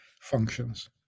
functions